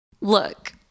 Look